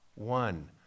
one